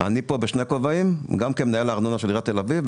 אני פה בשני כובעים: גם כמנהל הארנונה של עיריית תל אביב,